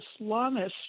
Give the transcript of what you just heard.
Islamist